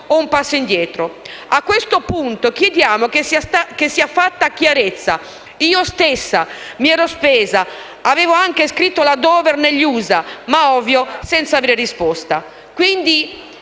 A questo punto chiediamo che sia fatta chiarezza. Io stessa mi ero spesa e avevo anche scritto alla Dover negli USA, ma ovviamente senza avere risposta.